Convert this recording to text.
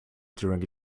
during